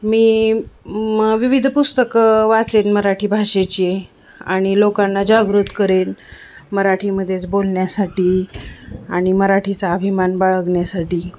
मी म विविध पुस्तकं वाचेन मराठी भाषेचे आणि लोकांना जागृत करेन मराठीमध्येच बोलण्यासाठी आणि मराठीचा अभिमान बाळगण्यासाठी